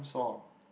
saw